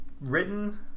written